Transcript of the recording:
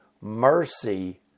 mercy